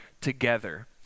Together